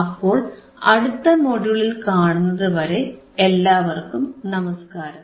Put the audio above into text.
അപ്പോൾ അടുത്ത മൊഡ്യൂളിൽ കാണുന്നതുവരെ എല്ലാവർക്കും നമസ്കാരം